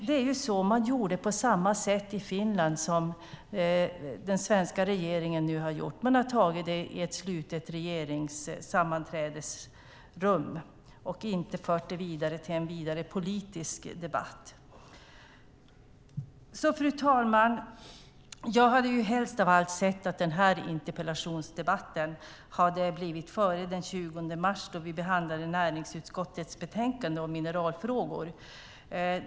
Man gjorde alltså på samma sätt i Finland som den svenska regeringen nu har gjort: Man tog beslutet i ett slutet regeringssammanträdesrum och förde det inte vidare till en vidare politisk debatt. Fru talman! Jag hade helst av allt sett att den här interpellationsdebatten hade blivit av före den 20 mars när vi behandlade näringsutskottets betänkande om mineralfrågor.